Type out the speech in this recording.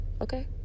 Okay